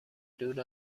دور